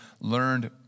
learned